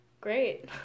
Great